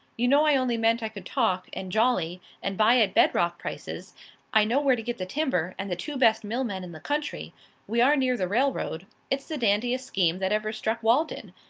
you know i only meant i could talk, and jolly, and buy at bed-rock prices i know where to get the timber, and the two best mill men in the country we are near the railroad it's the dandiest scheme that ever struck walden.